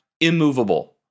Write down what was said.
immovable